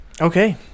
Okay